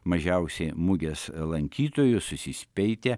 mažiausiai mugės lankytojų susispeitę